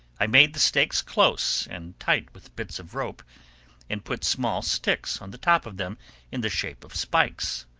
i made the stakes close and tight with bits of rope and put small sticks on the top of them in the shape of spikes.